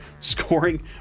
scoring